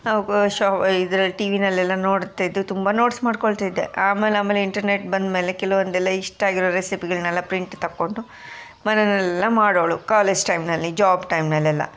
ಆವಾಗ ಶೋ ಇದರಲ್ಲಿ ಟಿವಿಯಲ್ಲೆಲ್ಲ ನೋಡ್ತಾ ಇದ್ವು ತುಂಬ ನೋಟ್ಸ್ ಮಾಡಿಕೊಳ್ತಾ ಇದ್ದೆ ಆಮೇಲಾಮೇಲೆ ಇಂಟರ್ನೆಟ್ ಬಂದಮೇಲೆ ಕೆಲವೊಂದೆಲ್ಲ ಇಷ್ಟ ಆಗಿರೋ ರೆಸಿಪಿಗಳನ್ನೆಲ್ಲ ಪ್ರಿಂಟ್ ತಕೊಂಡು ಮನೆಯಲ್ಲೆಲ್ಲ ಮಾಡೋಳು ಕಾಲೇಜ್ ಟೈಮ್ನಲ್ಲಿ ಜಾಬ್ ಟೈಮ್ನಲ್ಲೆಲ್ಲ